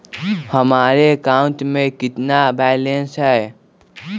हमारे अकाउंट में कितना बैलेंस है?